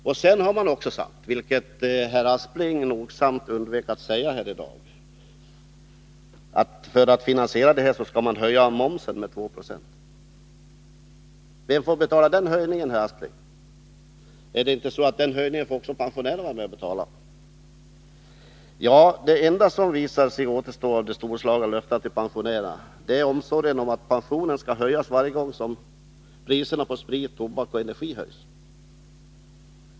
Dessutom har man -— vilket herr Aspling nogsamt undvek att tala om här — sagt att man för att finansiera åtgärden skall höja momsen med 2 90. Vem får betala den höjningen, herr Aspling? Får inte även pensionärerna vara med och betala den? Det enda som visar sig återstå av de storslagna löftena till pensionärerna är omsorgen om att pensionerna skall höjas varje gång priserna på sprit, tobak och energi höjs.